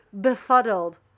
befuddled